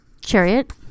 Chariot